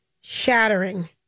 shattering